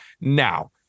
Now